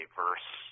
verse